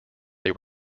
they